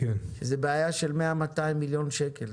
שזאת בעיה של 200-100 מיליוני שקלים,